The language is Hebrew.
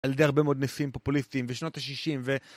על ידי הרבה מאוד נשיאים פופוליסטיים בשנות ה-60